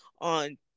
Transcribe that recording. on